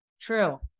true